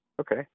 Okay